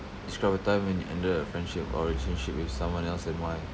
describe a time when you ended a friendship or a relationship with someone else and why